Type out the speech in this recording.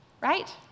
right